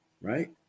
Right